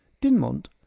dinmont